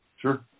Sure